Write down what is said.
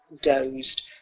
dozed